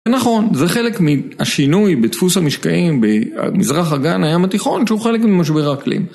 נכון, זה חלק מהשינוי בדפוס המשקעים במזרח אגן הים התיכון, שהוא חלק ממשבר האקלים.